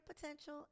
potential